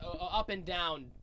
up-and-down